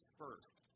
first